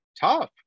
tough